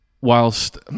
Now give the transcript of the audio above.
whilst